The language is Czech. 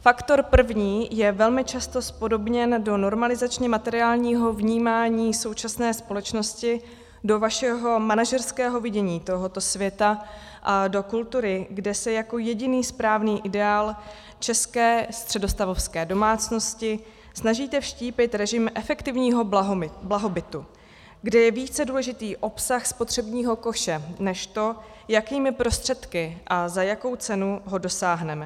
Faktor první je velmi často zpodobněn do normalizačně materiálního vnímání současné společnosti, do vašeho manažerského vidění tohoto světa a do kultury, kde se jako jediný správný ideál české středostavovské domácnosti snažíte vštípit režim efektivního blahobytu, kdy je více důležitý obsah spotřebního koše než to, jakými prostředky a za jakou cenu ho dosáhneme.